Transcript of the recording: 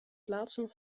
plaatsen